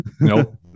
Nope